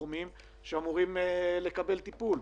הראשון, 7 באפריל.